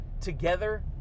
together